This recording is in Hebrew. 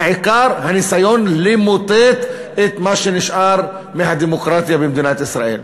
העיקר הניסיון למוטט את מה שנשאר מהדמוקרטיה במדינת ישראל.